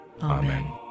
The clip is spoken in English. Amen